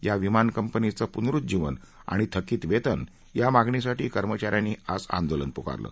या विमानकंपनीचं पुनरुज्जीवन आणि थकित वेतन या मागणीसाठी कर्मचा यांनी आज आंदोलन पुकारलं